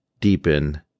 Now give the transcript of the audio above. deepen